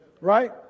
Right